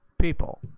people